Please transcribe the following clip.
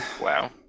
Wow